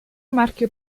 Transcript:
marchio